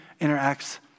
interacts